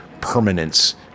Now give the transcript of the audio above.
permanence